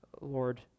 Lord